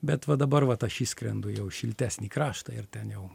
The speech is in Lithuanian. bet va dabar vat aš išskrendu jau į šiltesnį kraštą ir ten jau